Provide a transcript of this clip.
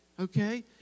okay